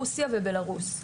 רוסיה ובלרוס.